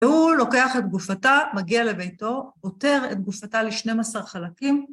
והוא לוקח את גופתה, מגיע לביתו, בותר את גופתה ל-12 חלקים.